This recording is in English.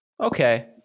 okay